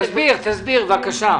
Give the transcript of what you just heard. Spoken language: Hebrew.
תסביר בבקשה.